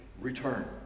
return